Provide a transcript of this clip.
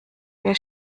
wer